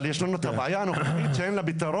אבל יש לנו את הבעיה הנוכחית שאין לה פתרון.